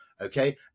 okay